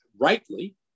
rightly